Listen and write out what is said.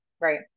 Right